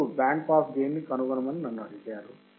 ఇప్పుడు bandpass gain ని కనుగొనమని నన్ను అడిగారు